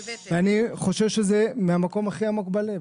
אני חושב שזה מהמקום הכי עמוק בלב,